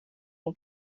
min